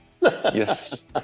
Yes